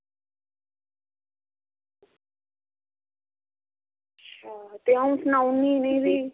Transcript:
ते अंऊ सनाई ओड़नी आं उ'नेंगी बी